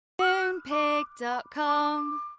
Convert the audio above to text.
Moonpig.com